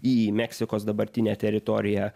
į meksikos dabartinę teritoriją